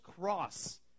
cross